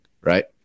right